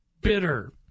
bitter